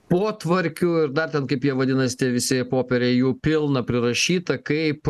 potvarkių ir dar ten kaip jie vadinasi tie visi popieriai jų pilna prirašyta kaip